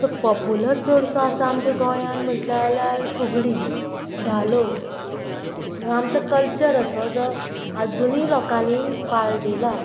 so popular चडसो आसा आमच्या गोंयान म्हटल्या जाल्यार फुगडी धालो आमचो कल्चर असो जो आजुनूय लोकांनी बाळगिला